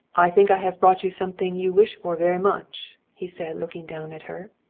i think i have brought you something you wish for very much, he said, looking down at her.